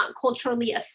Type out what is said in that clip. culturally